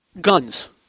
Guns